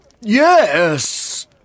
Yes